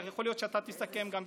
כי יכול להיות שאתה תסכם את הדיון.